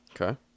Okay